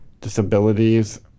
disabilities